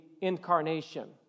Incarnation